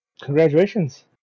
congratulations